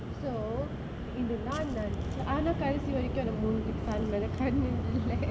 so in the long run ஆனா கடசி வரைக்கு எனக்கு மூணு:aanaa kadasi varaikku enakku moonu tip fan மேல கலண்டுதில்ல:kalanduthilla